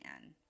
end